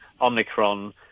Omicron